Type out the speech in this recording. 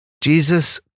Jesus